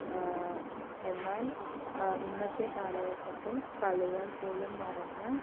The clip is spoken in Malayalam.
എന്നാൽ ഇന്നത്തെ കാലഘട്ടത്തിൽ കളികൾ പോലും മറന്ന്